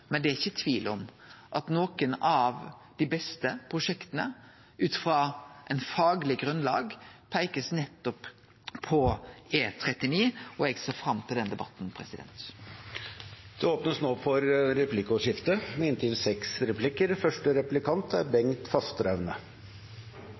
Men det er ikkje tvil om at når det gjeld kva som er dei beste prosjekta, ut frå eit fagleg grunnlag, blir det peikt på nettopp E39. Eg ser fram til den debatten. Det blir replikkordskifte. En oppfølging av det jeg sa i innlegget mitt – politikk er